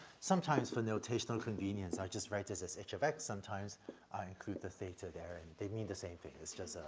sometimes for notational convenience, i just write this as h of x, sometimes i include the theta there, and they mean the same it's just, ah,